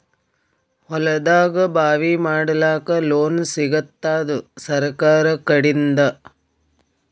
ಹೊಲದಾಗಬಾವಿ ಮಾಡಲಾಕ ಲೋನ್ ಸಿಗತ್ತಾದ ಸರ್ಕಾರಕಡಿಂದ?